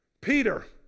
Peter